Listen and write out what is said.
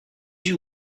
you